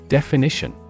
Definition